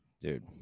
Dude